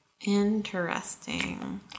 interesting